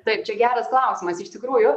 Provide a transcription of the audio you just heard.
taip čia geras klausimas iš tikrųjų